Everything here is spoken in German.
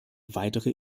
weitere